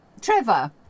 Trevor